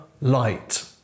light